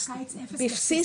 בקיץ אפס.